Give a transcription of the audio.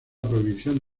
prohibición